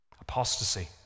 Apostasy